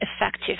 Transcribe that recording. effective